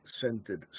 scented